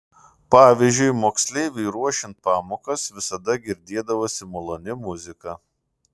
pavyzdžiui moksleiviui ruošiant pamokas visada girdėdavosi maloni muzika